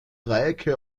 dreiecke